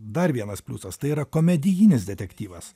dar vienas pliusas tai yra komedijinis detektyvas